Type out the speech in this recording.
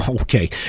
Okay